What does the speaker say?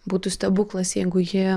būtų stebuklas jeigu ji